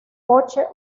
coche